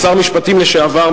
שר משפטים לשעבר,